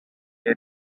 lay